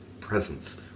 presence